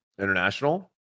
International